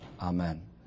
amen